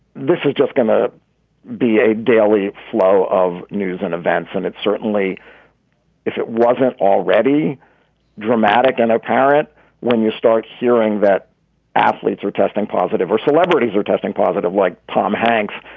this is just going to be a daily flow of news and events. and it's certainly if it wasn't already dramatic and apparent when you start hearing that athletes are testing positive or celebrities are testing positive like tom hanks,